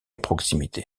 proximité